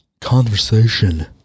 Conversation